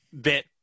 bit